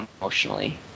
emotionally